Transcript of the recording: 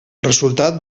resultat